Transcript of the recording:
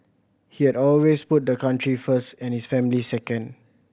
he had always put the country first and his family second